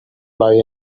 lie